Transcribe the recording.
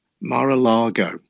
Mar-a-Lago